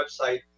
website